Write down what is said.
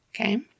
Okay